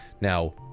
now